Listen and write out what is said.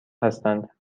هستند